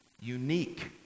unique